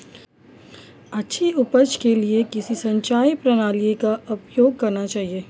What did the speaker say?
अच्छी उपज के लिए किस सिंचाई प्रणाली का उपयोग करना चाहिए?